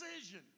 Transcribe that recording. decision